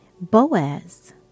Boaz